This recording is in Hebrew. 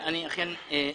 אני אהיה קצר.